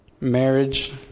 Marriage